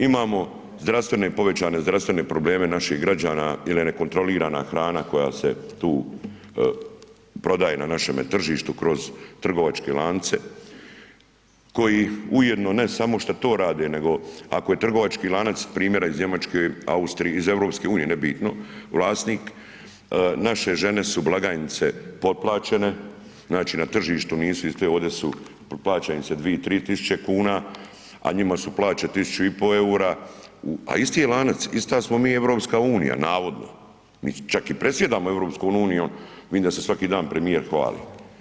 Imamo zdravstvene, povećane zdravstvene probleme naših građana jer je nekontrolirana hrana koja se tu prodaje na našemu tržištu kroz trgovačke lance koji ujedno ne samo šta to rade, nego ako je trgovački lanac primjera Njemačke, Austrije iz EU nebitno, vlasnik naše žene su blagajnice potplaćene, znači na tržištu nisu iste ovde su plaća im se 2-3.000 kuna, a njima su plaće 1.500 EUR-a, a isti je lanac, ista smo mi EU navodno, čak i predsjedamo EU, vidim da se svaki dan premijer hvali.